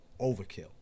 overkill